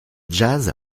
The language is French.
jazz